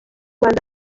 rwanda